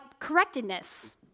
correctedness